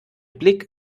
blick